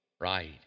right